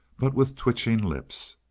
but with twitching lips.